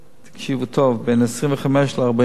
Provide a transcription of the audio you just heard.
תקשיבו טוב, בין 25% ל-40%.